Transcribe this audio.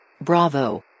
Bravo